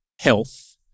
health